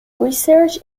research